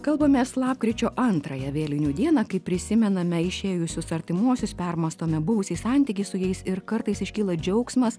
kalbamės lapkričio antrąją vėlinių dieną kai prisimename išėjusius artimuosius permąstome buvusį santykį su jais ir kartais iškyla džiaugsmas